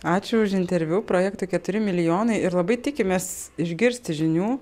ačiū už interviu projektui keturi milijonai ir labai tikimės išgirsti žinių